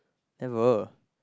never